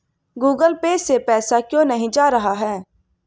Google Pay से पैसा क्यों नहीं जा रहा है?